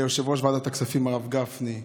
ליושב-ראש ועדת הכספים הרב גפני,